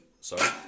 Sorry